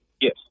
yes